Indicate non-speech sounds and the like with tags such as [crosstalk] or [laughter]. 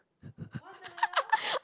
[laughs]